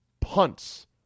punts